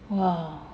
!wah!